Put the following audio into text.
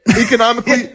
economically